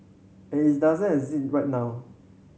and it doesn't exist right now